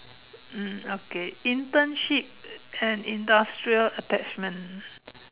mm okay internship and industrial attachment